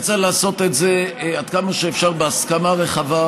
וצריך לעשות את זה עד כמה שאפשר בהסכמה רחבה,